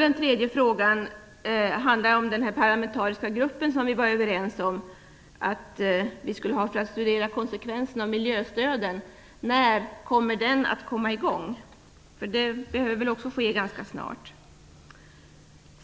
Den tredje frågan handlar om den parlamentariska gruppen som vi är överens om skall studera konsekvenserna av miljöstöden. När kommer den att komma i gång? Det behöver också ske ganska snart.